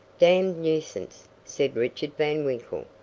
damned nuisance! said richard van winkle.